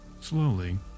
Slowly